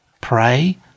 Pray